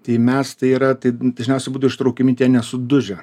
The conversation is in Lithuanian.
tai mes tai yra tai dažniausiu būdu ištraukiami tie nesudužę